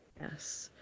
yes